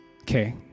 Okay